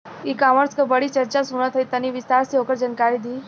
ई कॉमर्स क बड़ी चर्चा सुनात ह तनि विस्तार से ओकर जानकारी दी?